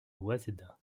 waseda